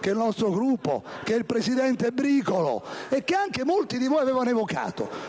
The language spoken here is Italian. che il nostro Gruppo, il presidente Bricolo e anche molti di voi avevano evocato,